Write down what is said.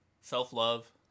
Self-love